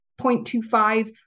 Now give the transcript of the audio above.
0.25